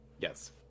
yes